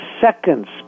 seconds